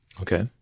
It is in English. Okay